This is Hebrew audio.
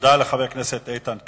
תודה לחבר הכנסת איתן כבל.